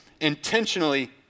Intentionally